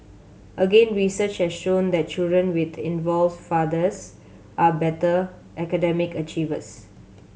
again research has shown that children with involved fathers are better academic achievers